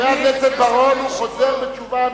חבר הכנסת בר-און הוא חוזר בתשובה אמיתי.